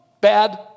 Bad